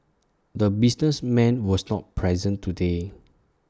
the businessman was not present today